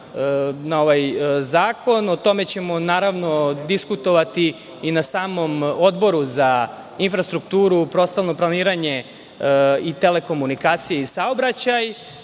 na ovaj zakon, o tome ćemo naravno diskutovati i na samom Odboru za infrastrukturu, prostorno planiranje, telekomunikacije i saobraćaj.